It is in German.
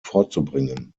vorzubringen